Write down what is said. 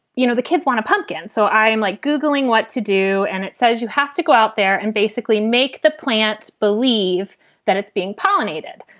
you know, the kids want a pumpkin. so i am like googling what to do. and it says you have to go out there and basically make the plant believe that it's being pollinated.